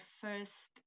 first